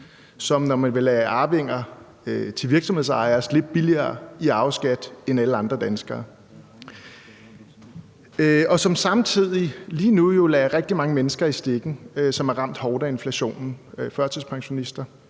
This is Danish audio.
som når man vil lade arvinger til virksomhedsejerne slippe billigere i arveskat end alle andre danskere, og som samtidig lige nu jo lader rigtig mange mennesker i stikken, som er ramt hårdt af inflationen – førtidspensionister,